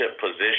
position